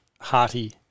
hearty